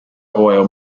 oil